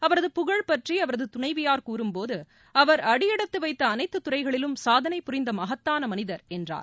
அவரது புகழ் பற்றி அவரது துணைவியார் கூறும் போது அவர் அடியெடுத்துவைத்த அனைத்து துறைகளிலும் சாதனை புரிந்த மகத்தான மனிதர் என்றார்